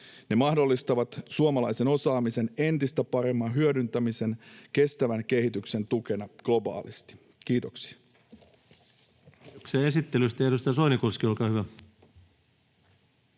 Ne mahdollistavat suomalaisen osaamisen entistä paremman hyödyntämisen kestävän kehityksen tukena, globaalisti. — Kiitoksia. Kiitoksia